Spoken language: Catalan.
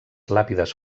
làpides